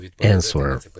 answer